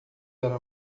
era